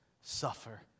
suffer